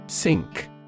Sink